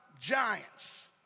giants